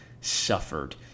suffered